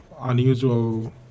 unusual